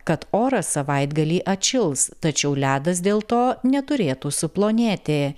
kad oras savaitgalį atšils tačiau ledas dėl to neturėtų suplonėti